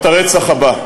את הרצח הבא.